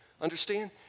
Understand